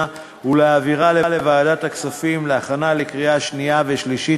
ולהעבירה לוועדת הכספים להכנה לקריאה שנייה ושלישית.